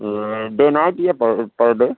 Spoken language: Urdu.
ڈے نائٹ یا پر پر ڈے